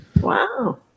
Wow